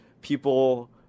people